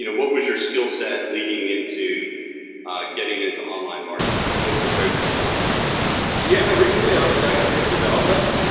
you know what was your skill set leading into getting into online marketing? what prepared you for it? eric yeah, originally i was actually a developer.